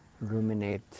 ruminate